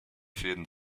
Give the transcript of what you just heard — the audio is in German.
fäden